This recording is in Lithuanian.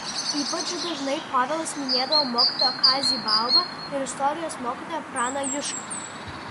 ypač dažnai povilas minėdavo mokytoją kazį baubą ir istorijos mokytoją praną jušką